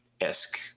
esque